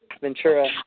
Ventura